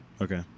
okay